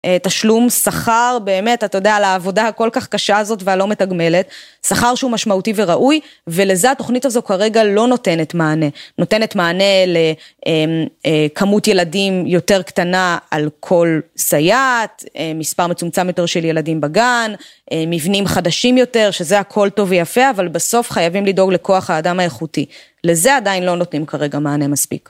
תשלום שכר באמת, אתה יודע, על העבודה הכל כך קשה הזאת והלא מתגמלת, שכר שהוא משמעותי וראוי, ולזה התוכנית הזו כרגע לא נותנת מענה. נותנת מענה לכמות ילדים יותר קטנה על כל סייעת, מספר מצומצם יותר של ילדים בגן, מבנים חדשים יותר, שזה הכל טוב ויפה, אבל בסוף חייבים לדאוג לכוח האדם האיכותי. לזה עדיין לא נותנים כרגע מענה מספיק.